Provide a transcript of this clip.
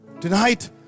Tonight